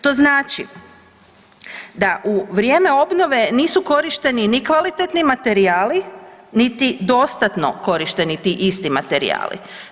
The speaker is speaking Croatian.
To znači da u vrijeme obnove nisu korišteni ni kvalitetni materijali, niti dostatno korišteni ti isti materijali.